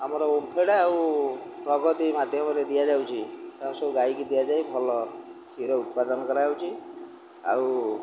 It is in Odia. ଆମର ଓମ୍ଫେଡ଼୍ ଆଉ ପ୍ରଗତି ମାଧ୍ୟମରେ ଦିଆଯାଉଛି ତାକୁ ସବୁ ଗାଈକି ଦିଆଯାଇ ଭଲ କ୍ଷୀର ଉତ୍ପାଦନ କରାଯାଉଛି ଆଉ